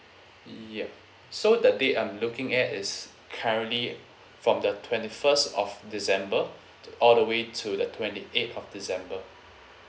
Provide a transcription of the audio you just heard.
yup so the date I'm looking at is currently from the twenty first of december all the way to the twenty eighth of december